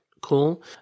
cool